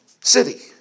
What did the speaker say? city